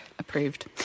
approved